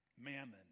Mammon